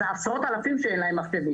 אלה עשרות אלפים ילדים שאין להם מחשב.